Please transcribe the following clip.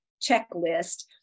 checklist